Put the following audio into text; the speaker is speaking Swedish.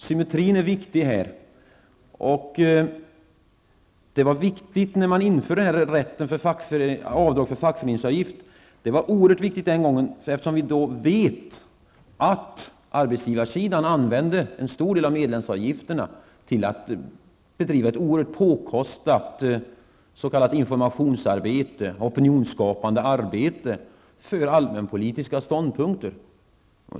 Symmetrin är viktig i detta sammanhang, och den var det när denna avdragsrätt infördes, eftersom vi vet att arbetsgivarsidan använde en stor del av medlemsavgifterna till att bedriva ett oerhört påkostat s.k. informationsarbete och opinionsskapande arbete för allmänpolitiska ståndpunkter.